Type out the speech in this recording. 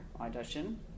audition